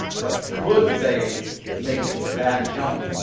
but could they make that jump?